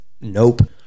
nope